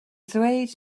dweud